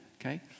okay